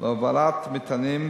להובלת מטענים,